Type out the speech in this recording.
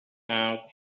out